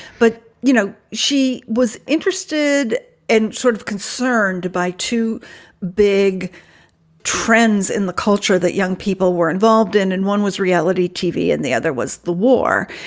but, you know, she was interested and sort of concerned by two big trends in the culture that young people were involved in. and one was reality tv and the other was the war.